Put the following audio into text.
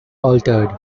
altered